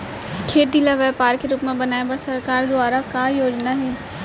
खेती ल व्यापार के रूप बनाये बर सरकार दुवारा का का योजना हे?